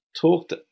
talked